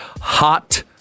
hot